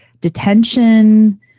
detention